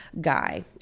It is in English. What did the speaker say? guy